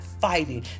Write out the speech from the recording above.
fighting